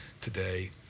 today